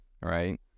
right